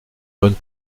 bonne